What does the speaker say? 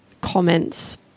comments